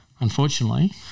Unfortunately